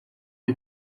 lui